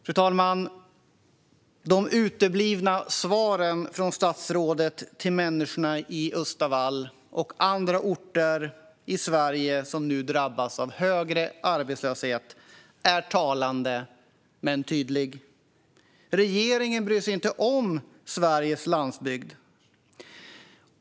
Fru talman! De uteblivna svaren från statsrådet till människorna i Östavall och andra orter i Sverige som nu drabbas av högre arbetslöshet är talande. Regeringen bryr sig inte om Sveriges landsbygd.